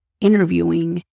interviewing